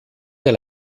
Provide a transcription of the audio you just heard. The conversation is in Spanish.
del